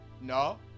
no